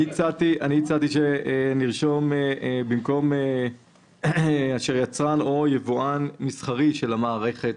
אני הצעתי שנרשום "אשר יצרן או יבואן מסחרי של המערכת,